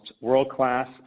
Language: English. world-class